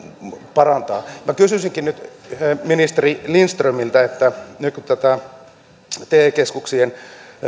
parantaa ansiotasoaan minä kysyisinkin nyt ministeri lindströmiltä nyt kun tätä te keskuksien